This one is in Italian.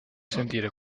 sentire